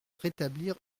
rétablir